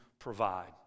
provide